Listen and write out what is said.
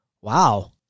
wow